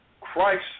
Christ